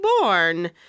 born